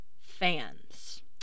fans